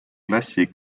klassi